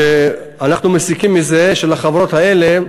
אנחנו מסיקים מזה שהחברות האלה,